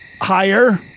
Higher